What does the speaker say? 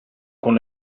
con